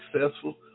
successful